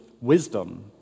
wisdom